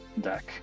deck